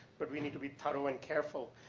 but we need to be thorough and careful.